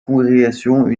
congrégation